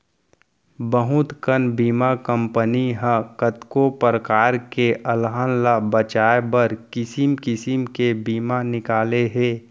बहुत कन बीमा कंपनी ह कतको परकार के अलहन ल बचाए बर किसिम किसिम के बीमा निकाले हे